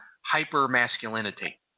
hyper-masculinity